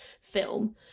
film